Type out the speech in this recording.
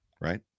right